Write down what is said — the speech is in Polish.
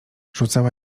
rzucała